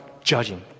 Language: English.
judging